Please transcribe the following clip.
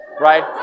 right